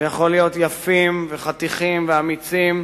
ויכול להיות יפים וחתיכים ואמיצים.